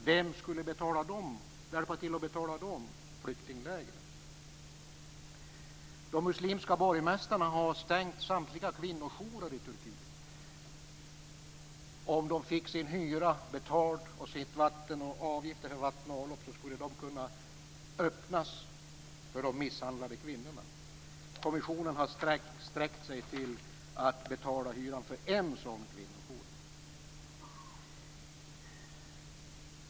Vem skulle hjälpa till att betala de flyktinglägren? De muslimska borgmästarna har stängt samtliga kvinnojourer i Turkiet. Om de fick sin hyra och avgifterna för vatten och avlopp betalda skulle dessa kunna öppnas för de misshandlade kvinnorna. Kommissionen har sträckt sig till att betala hyran för en sådan kvinnojour.